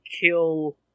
kill